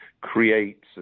creates